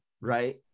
right